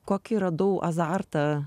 kokį radau azartą